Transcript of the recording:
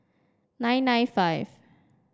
nine nine five